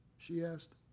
she asked.